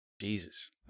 Jesus